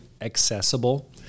accessible